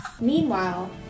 Meanwhile